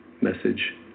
message